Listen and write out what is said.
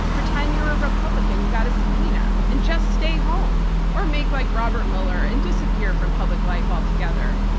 pretend you are a republican who got a subpoena and just stay home or make like robert mueller and disappear from public life altogether.